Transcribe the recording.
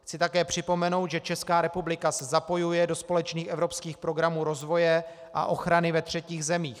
Chci také připomenout, že Česká republika se zapojuje do společných evropských programů rozvoje a ochrany ve třetích zemích.